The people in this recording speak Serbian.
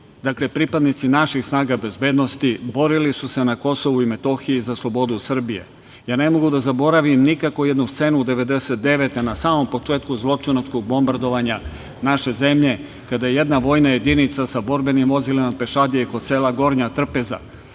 pripadnici naših snaga bezbednosti borili su se na Kosovu i Metohiji za slobodu Srbije. Ne mogu da zaboravim nikako jednu scenu 1999. godine na samom početku zločinačkog bombardovanja naše zemlje kada je jedna vojna jedinica sa borbenim vozilima pešadije kod sela Gornja Trpeza